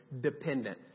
dependence